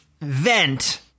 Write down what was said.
vent